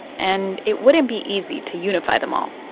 and it wouldn't be easy to unify them all